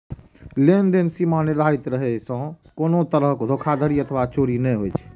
लेनदेन सीमा निर्धारित रहै सं कोनो तरहक धोखाधड़ी अथवा चोरी नै होइ छै